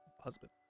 husband